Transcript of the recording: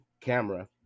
camera